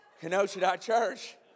Kenosha.Church